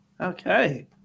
Okay